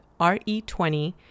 RE20